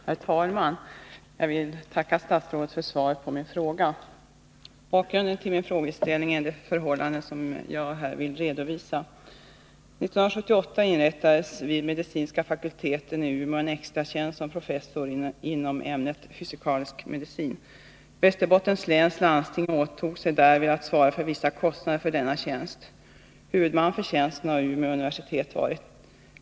Herr talman! Jag vill tacka statsrådet för svaret på min fråga. Bakgrunden till min frågeställning är det förhållande som jag här vill redovisa. professor inom ämnet fysikalisk medicin. Västerbottens läns landsting åtog sig därvid att svara för vissa kostnader för denna tjänst. Huvudman för tjänsten har Umeå universitet varit.